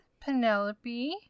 Penelope